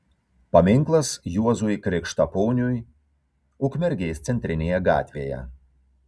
paminklas juozui krikštaponiui ukmergės centrinėje gatvėje